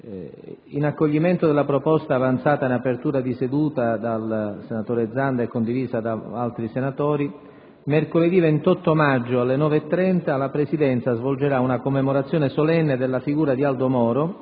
in accoglimento della proposta avanzata in apertura di seduta dal senatore Zanda e condivisa da altri senatori, mercoledì 28 maggio, alle ore 9,30, la Presidenza svolgerà una Commemorazione solenne della figura di Aldo Moro,